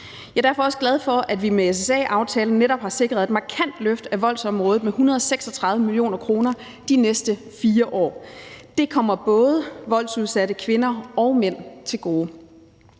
Jeg er derfor også glad for, at vi med SSA-aftalen netop har sikret et markant løft af voldsområdet med 136 mio. kr. de næste 4 år. Det kommer både voldsudsatte kvinder og mænd til gode.